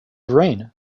rain